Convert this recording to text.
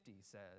says